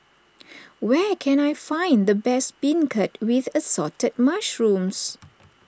where can I find the best Beancurd with Assorted Mushrooms